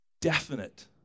definite